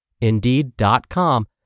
Indeed.com